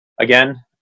Again